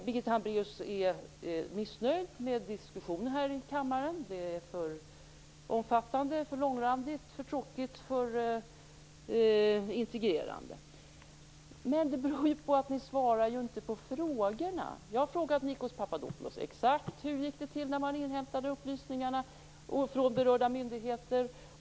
Birgitta Hambraeus är missnöjd med diskussionen här i kammaren. Den är för omfattande, för långrandig, för tråkig, för integrerande. Men det beror ju på att ni inte svarar på frågorna! Jag frågade Nikos Papadopoulos: Exakt hur gick det till när man inhämtade upplysningarna från berörda myndigheter?